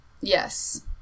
Yes